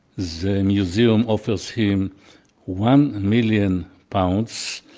the museum offers him one million pound.